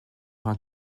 vingt